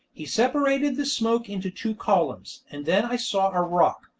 he separated the smoke into two columns, and then i saw a rock,